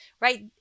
right